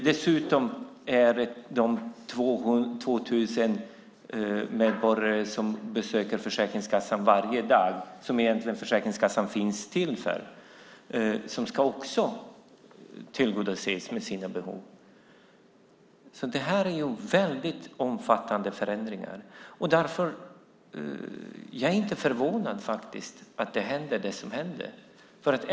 Dessutom besöker 2 000 medborgare, dem som Försäkringskassan egentligen finns till för, Försäkringskassan varje dag. Dessas behov ska också tillgodoses. Det handlar alltså om väldigt omfattande förändringar, och därför är jag inte förvånad över att det som händer händer.